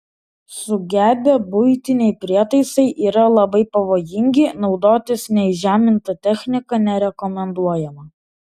sugedę buitiniai prietaisai yra labai pavojingi naudotis neįžeminta technika nerekomenduojama